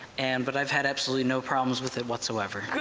and but i've had absolutely no problems with it whatsoever.